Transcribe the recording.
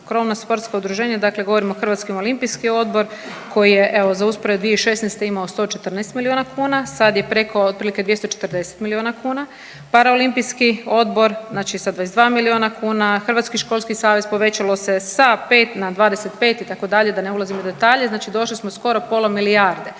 krovna sportska udruženja dakle govorimo Hrvatski olimpijski odbor koji je evo za usporedbu 2016. imao 114 milijuna kuna sad je preko otprilike 240 milijuna kuna, Paraolimpijski odbor sa 22 milijuna kuna, Hrvatski školski savez povećalo se sa 5 na 25 itd., da ne ulazim u detalje znači došli smo skoro pola milijarde.